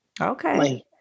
okay